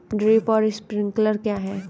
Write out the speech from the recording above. Drip और sprinkler क्या हैं?